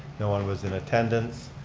no one was in attendance.